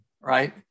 right